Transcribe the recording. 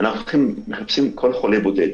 שאנחנו מחפשים כל חולה בודד,